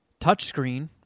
touchscreen